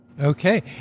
Okay